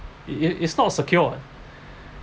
it it's not secure [what]